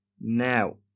Now